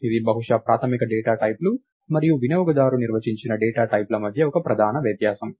ఇది బహుశా ప్రాథమిక డేటా టైప్ లు మరియు వినియోగదారు నిర్వచించిన డేటా టైప్ల మధ్య ఒక ప్రధాన వ్యత్యాసం